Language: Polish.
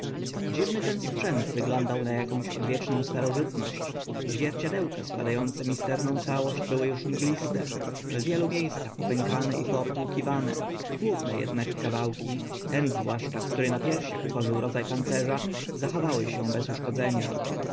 dziwny ten sprzęt wyglądał na akąś odwieczną starożytność zwierciadełka składa ące misterną całość były uż mgliste w wielu mie scach popękane i poobtłukiwane główne ednakże kawałki ten zwłaszcza który na piersiach tworzył rodza pancerza zachowały się bez uszkodzenia